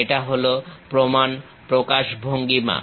এটা হল প্রমাণ প্রকাশভঙ্গিমা